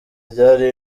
ryari